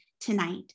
tonight